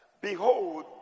behold